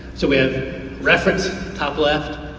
so we have reference top left.